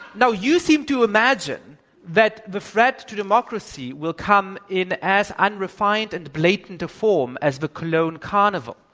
now, you seem to imagine that the threats to democracy will come in as unrefined and blatant a form as the cologne carnival,